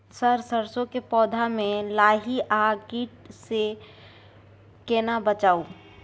Sir सरसो के पौधा में लाही आ कीट स केना बचाऊ?